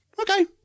Okay